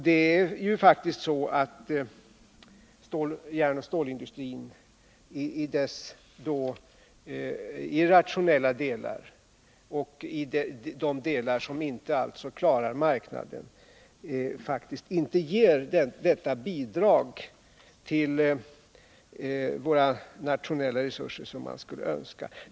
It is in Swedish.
Det är faktiskt så att järnoch stålindustrin i dess irrationella delar — i de delar som alltså inte klarar marknaden — inte ger det bidrag till våra nationella resurser som man skulle önska.